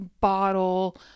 bottle